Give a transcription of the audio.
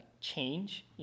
change